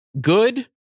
good